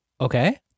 Okay